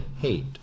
hate